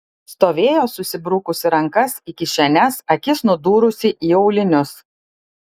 stovėjo susibrukusi rankas į kišenes akis nudūrusi į aulinius